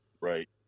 Right